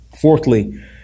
Fourthly